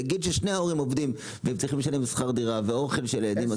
נגיד ששני ההורים עובדים והם צריכים לשלם שכר דירה ואוכל של הילדים,